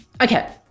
okay